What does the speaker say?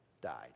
died